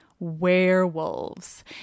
werewolves